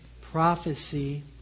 prophecy